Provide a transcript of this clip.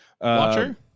Watcher